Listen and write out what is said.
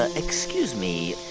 ah excuse me.